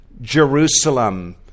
Jerusalem